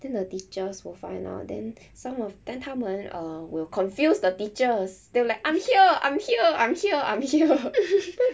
then the teachers will find out then some of then 他们 uh will confuse the teachers they'll like I'm here I'm here I'm here I'm here